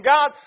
God